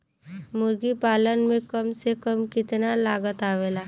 मुर्गी पालन में कम से कम कितना लागत आवेला?